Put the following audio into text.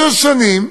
שש שנים,